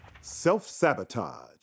Self-sabotage